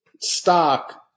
stock